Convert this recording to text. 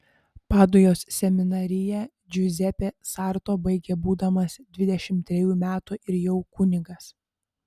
padujos seminariją džiuzepė sarto baigė būdamas dvidešimt trejų metų ir jau kunigas